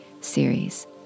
series